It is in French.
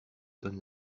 donne